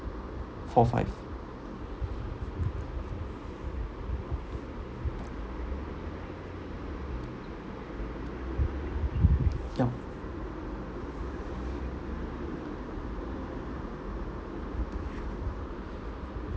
four five yup